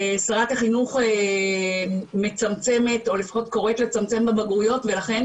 שרת החינוך מצמצמת או לפחות קוראת לצמצם בבגרויות ולכן